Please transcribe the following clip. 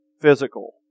physical